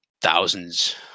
thousands